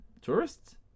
tourists